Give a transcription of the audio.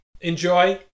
Enjoy